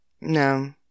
No